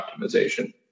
optimization